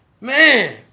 man